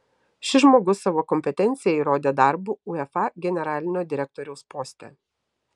šis žmogus savo kompetenciją įrodė darbu uefa generalinio direktoriaus poste